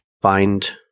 find